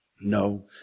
No